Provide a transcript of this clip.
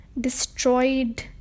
destroyed